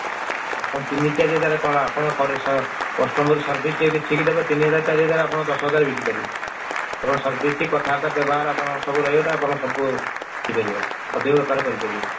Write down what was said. ଆପଣ ତିନି ଚାରି ହଜାର କ'ଣ ଆପଣ କଷ୍ଟମର ସର୍ଭିସିଙ୍ଗ୍ ଯଦି ଠିକରେ ଦେବେ ତିନି ହଜାର ଚାରି ହଜାର ଆପଣ ଦଶ ହଜାର ବିକିପାରିବେ ଏବଂ ସର୍ଭିସିଙ୍ଗ୍ କଥାବାର୍ତ୍ତା ବ୍ୟବହାର ଆପଣଙ୍କର ସବୁ ରହିଗଲେ ଆପଣ ସବୁ ହୋଇପାରିବ ଅଧିକ ବ୍ୟାପାର କରିପାରିବେ